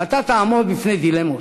ואתה תעמוד בפני דילמות,